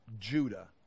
Judah